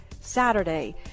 Saturday